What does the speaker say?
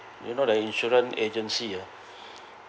you know the insurance agency ah